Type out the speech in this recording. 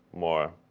more